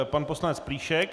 Pan poslanec Plíšek.